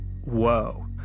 whoa